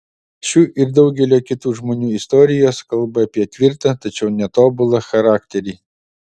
šių ir daugelio kitų žmonių istorijos kalba apie tvirtą tačiau netobulą charakterį